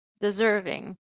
deserving